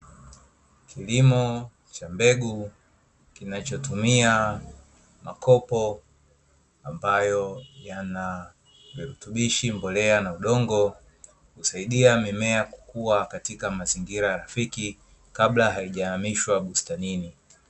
Kilimo cha mbegu, kinachotumia makopo ambayo yana virutubishi, mbolea, na udongo. Kusaidia mimea kukua katika mazingira ya rafiki kabla haijahamishwa bustanini.